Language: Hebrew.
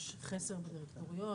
יש חסר בדירקטוריון,